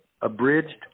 abridged